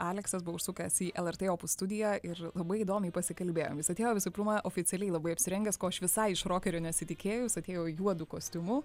aleksas buvo užsukęs į lrt opus studiją ir labai įdomiai pasikalbėjom jis atėjo visų pirma oficialiai labai apsirengęs ko aš visai iš rokerio nesitikėjau jis atėjo juodu kostiumu